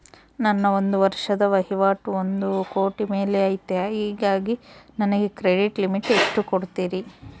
ನನ್ನ ಒಂದು ವರ್ಷದ ವಹಿವಾಟು ಒಂದು ಕೋಟಿ ಮೇಲೆ ಐತೆ ಹೇಗಾಗಿ ನನಗೆ ಕ್ರೆಡಿಟ್ ಲಿಮಿಟ್ ಎಷ್ಟು ಕೊಡ್ತೇರಿ?